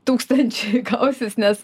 tūsktančiai gausis nes